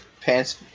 pants